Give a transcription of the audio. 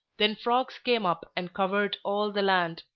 then frogs came up and covered all the land.